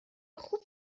خوب